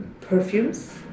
perfumes